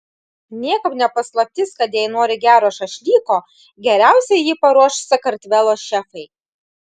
niekam ne paslaptis kad jei nori gero šašlyko geriausiai jį paruoš sakartvelo šefai